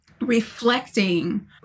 reflecting